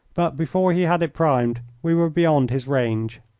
but before he had it primed we were beyond his range.